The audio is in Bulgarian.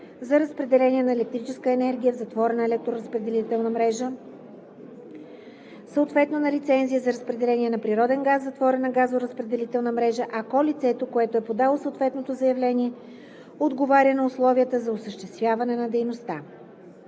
за разпределение на електрическа енергия в затворена електроразпределителна мрежа, съответно на лицензия за разпределение на природен газ в затворена газоразпределителна мрежа, ако лицето, което е подало съответното заявление, отговаря на условията за осъществяване на дейността.